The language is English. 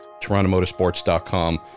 TorontoMotorsports.com